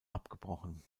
abgebrochen